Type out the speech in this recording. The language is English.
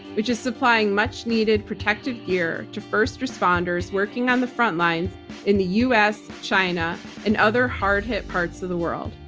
which is supplying much needed protective gear to first responders working on the front lines in the us, china and other hard hit parts of the world.